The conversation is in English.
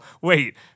wait